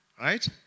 Right